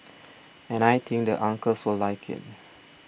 and I think the uncles will like it